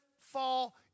fall